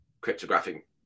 cryptographic